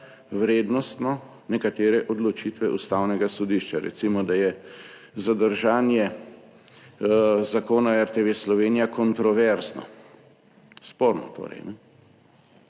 vrednostno nekatere odločitve Ustavnega sodišča, recimo, da je zadržanje Zakona o RTV Slovenija kontroverzno, sporno torej.